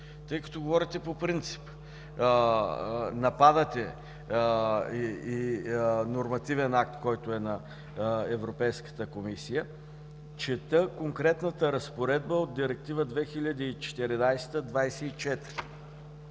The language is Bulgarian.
тъй като говорите по принцип, нападате нормативен акт, който е на Европейската комисия, чета конкретната разпоредба от Директива 2014/24.